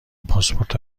پاسپورت